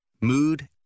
mood